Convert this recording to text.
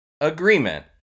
agreement